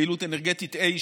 יעילות אנרגטית A,